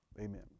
Amen